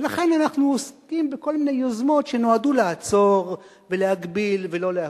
ולכן אנחנו עוסקים בכל מיני יוזמות שנועדו לעצור ולהגביל ולא לאפשר.